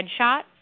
headshot